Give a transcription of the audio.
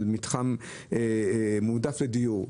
על מתחם מועדף לדיור,